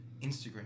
Instagram